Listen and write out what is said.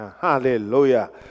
Hallelujah